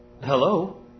Hello